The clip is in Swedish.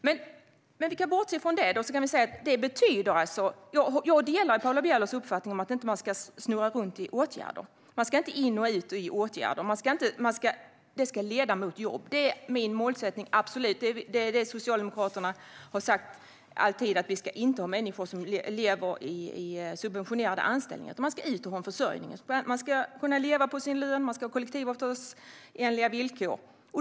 Men låt oss bortse från det. Jag delar Paula Bielers uppfattning att man inte ska snurra runt i åtgärder. Man ska inte gå in och ut i åtgärder. Att det ska leda till jobb är min målsättning. Socialdemokraterna har alltid sagt att vi inte ska ha människor som lever med subventionerade anställningar, utan de ska ut i försörjning. Man ska kunna leva på sin lön och ha kollektivavtalsenliga villkor.